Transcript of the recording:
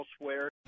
elsewhere